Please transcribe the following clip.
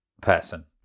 person